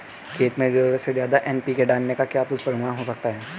खेत में ज़रूरत से ज्यादा एन.पी.के डालने का क्या दुष्परिणाम हो सकता है?